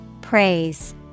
Praise